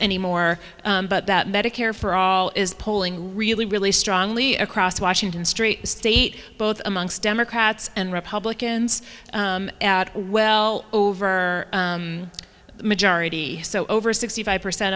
anymore but that medicare for all is polling really really strongly across washington street state both amongst democrats and republicans at well over a majority so over sixty five percent